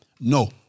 No